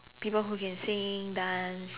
people who can sing dance